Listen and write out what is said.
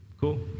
Cool